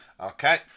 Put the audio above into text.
Okay